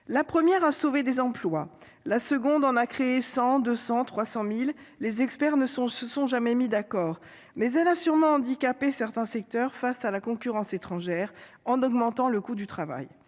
de ces lois a sauvé des emplois. La seconde en a créé 100 000, 200 000, 300 000- les experts ne se sont jamais mis d'accord. Mais elle a sûrement handicapé certains secteurs face à la concurrence étrangère, en augmentant le coût du travail.